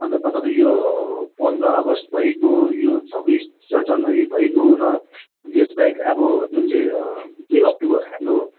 अन्त तपाईँको यो पन्ध्र अगस्त भइगयो यो छब्बिस ज जनवरी भइगयो र यसबाहेक अब जुन चाहिँ दुई अक्टोबर हाम्रो